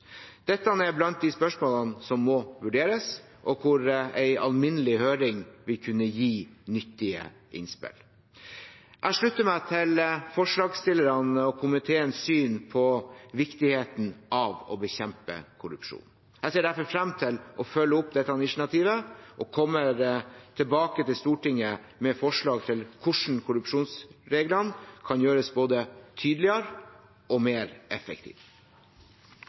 Dette er blant de spørsmålene som må vurderes, og hvor en alminnelig høring vil kunne gi nyttige innspill. Jeg slutter meg til forslagsstillerne og komiteens syn på viktigheten av å bekjempe korrupsjon. Jeg ser derfor frem til å følge opp dette initiativet og kommer tilbake til Stortinget med forslag til hvordan korrupsjonsreglene kan gjøres både tydeligere og mer effektive.